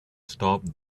stop